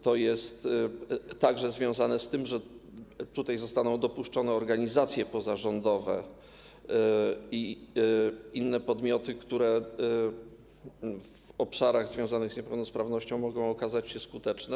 To jest także związane z tym, że zostaną dopuszczone organizacje pozarządowe i inne podmioty, które w obszarach związanych z niepełnosprawnością mogą okazać się skuteczne.